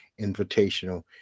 Invitational